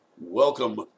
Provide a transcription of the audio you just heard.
Welcome